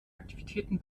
aktivitäten